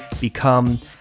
become